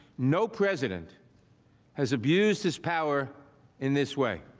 no president has abused his power in this way.